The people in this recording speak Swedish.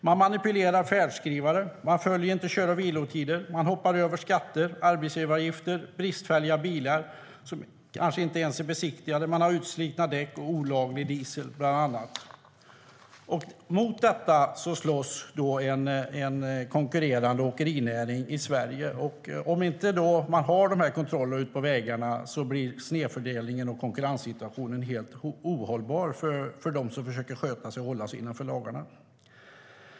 Man manipulerar färdskrivare, man följer inte kör och vilotider, man betalar inte skatter och arbetsgivaravgifter. Man kör med bristfälliga bilar som kanske inte ens är besiktigade. Man har utslitna däck på bilen och kör på olaglig diesel. Mot detta slåss en konkurrerande åkerinäring i Sverige. Om man inte gör kontrollerna ute på vägarna blir snedfördelningen och konkurrenssituationen helt ohållbar för dem som försöker sköta sig och hålla sig innanför lagens gränser.